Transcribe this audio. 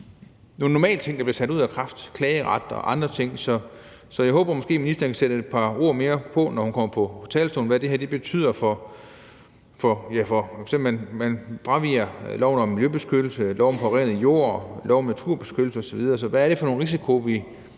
nogle normale ting, der bliver sat ud af kraft, klageret og andre ting, så jeg håber måske, at ministeren, når hun kommer på talerstolen, kan sætte et par ord mere på, hvad det her betyder, f.eks. at man fraviger loven om miljøbeskyttelse, lov om forurening af jord, lov om naturbeskyttelse osv. Hvad er det for nogle risici, vi